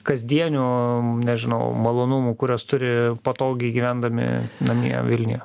kasdienių nežinau malonumų kuriuos turi patogiai gyvendami namie vilniuje